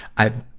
i've,